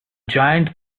giant